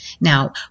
Now